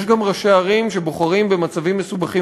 יש גם ראשי ערים שבוחרים במצבים מסובכים